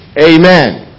Amen